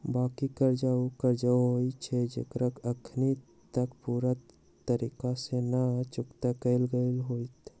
बाँकी कर्जा उ कर्जा होइ छइ जेकरा अखनी तक पूरे तरिका से न चुक्ता कएल गेल होइत